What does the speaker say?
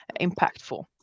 impactful